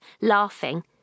laughing